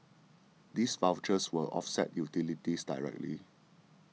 these vouchers will offset utilities directly